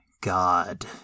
God